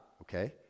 okay